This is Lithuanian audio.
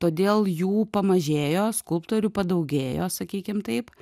todėl jų pamažėjo skulptorių padaugėjo sakykim taip